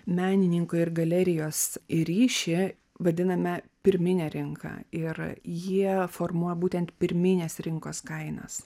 menininkų ir galerijos ryšį vadiname pirmine rinka ir jie formuoja būtent pirminės rinkos kainas